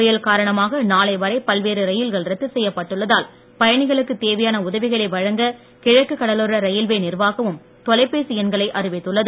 புயல் காரணமாக நாளை வரை பல்வேறு ரயில்கள் ரத்து செய்யப்பட்டுள்ளதால் பயணிகளுக்குத் தேவையான உதவிகளை வழங்க கிழக்குக் கடலோர ரயில்வே நிர்வாகமும் தொலைபேசி எண்களை அறிவித்துள்ளது